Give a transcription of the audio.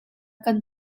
kan